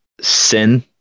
sin